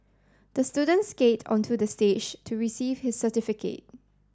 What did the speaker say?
the student skate onto the stage to receive his certificate